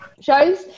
shows